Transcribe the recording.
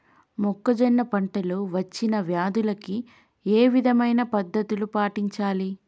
మొక్కజొన్న పంట లో వచ్చిన వ్యాధులకి ఏ విధమైన పద్ధతులు పాటించాలి?